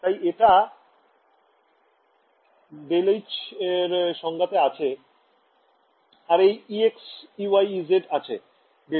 তাই এটা ∇h এর সংজ্ঞাতে আছে আর এই ex ey ez আছে ∇e এ